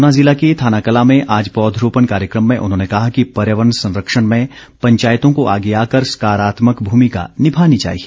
ऊना जिला के थानाकलां में आज पौधरोपण कार्यक्रम में उन्होंने कहा कि पर्यावरण संरक्षण में पंचायतों को आगे आकर सकारात्मक भूमिका निभानी चाहिए